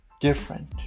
different